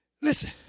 Listen